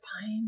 Fine